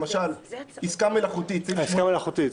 למשל עסקה מלאכותית,